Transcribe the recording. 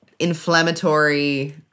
inflammatory